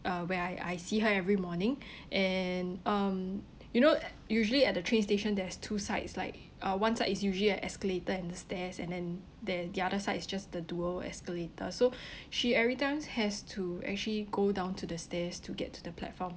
uh where I I see her every morning and um you know usually at the train station there's two sides like uh one side is usually an escalator and the stairs and then there the other side is just the dual escalators so she every time has to actually go down to the stairs to get to the platform